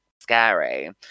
Scary